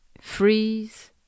freeze